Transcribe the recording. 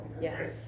Yes